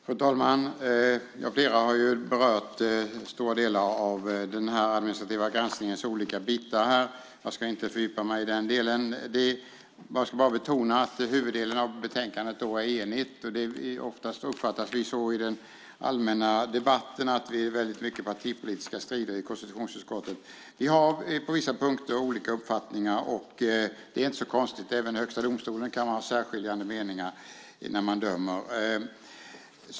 Fru talman! Flera har berört stora delar av den här administrativa granskningens olika bitar, och jag ska inte fördjupa mig i den delen. Jag ska bara betona att huvuddelen av betänkandet är enigt. I den allmänna debatten uppfattas det ofta så att det är väldigt mycket partipolitiska strider i konstitutionsutskottet. Vi har olika uppfattningar på vissa punkter, och det är inte så konstigt. Även Högsta domstolen kan ha särskiljande meningar när man dömer.